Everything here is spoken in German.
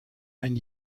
ein